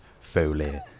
Foley